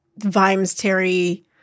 Vimes-Terry